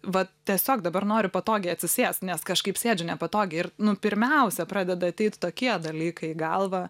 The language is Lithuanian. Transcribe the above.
vat tiesiog dabar noriu patogiai atsisėst nes kažkaip sėdžiu nepatogiai ir nu pirmiausia pradeda ateit tokie dalykai į galvą